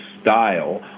style